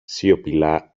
σιωπηλά